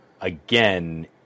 again